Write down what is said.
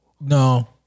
No